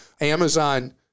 Amazon